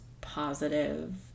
positive